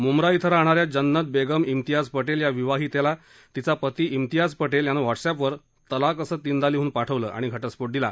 मुंब्रा श्वि राहणाऱ्या जन्नत बेगम िस्तियाज पटेल या विवाहितेला तिचा पती श्वियाज पटेल यानं व्हॉट्सअपर तलाक असं तीनदा लिहून पाठवलं आण घटस्फोट दिला